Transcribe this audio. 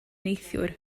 neithiwr